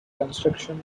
construction